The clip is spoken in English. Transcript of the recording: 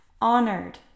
honored